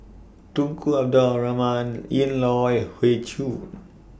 Tunku Abdul Rahman Ian Loy Hoey Choo